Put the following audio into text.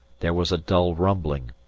there was a dull rumbling,